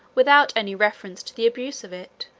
without any reference to the abuse of it.